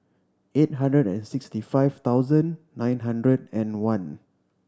eight hundred and sixty five thousand nine hundred and one